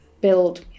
build